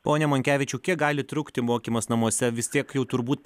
pone monkevičiau kiek gali trukti mokymas namuose vis tiek jau turbūt